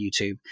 youtube